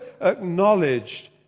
acknowledged